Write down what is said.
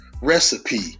recipe